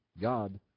God